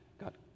got